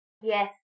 Yes